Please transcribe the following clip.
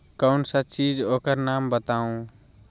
कौन सा चीज है ओकर नाम बताऊ?